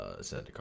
Zendikar